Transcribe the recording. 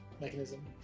mechanism